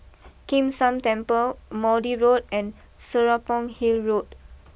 Kim San Temple Maude Road and Serapong Hill Road